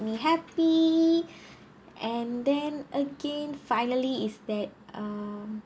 me happy and then again finally is that uh